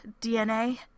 DNA